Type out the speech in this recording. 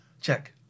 check